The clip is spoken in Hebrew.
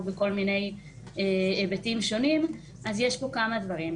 בכל מיני היבטים שונים יש פה כמה דברים.